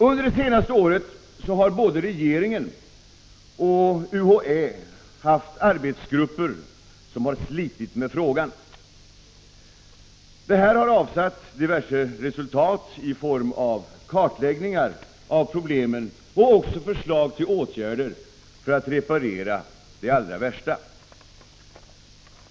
Under det senaste året har både regeringen och UHÄ haft arbetsgrupper som har slitit med frågan. Detta har avsatt diverse resultat, i form av kartläggningar av problemen och förslag till åtgärder för att reparera det allra värsta.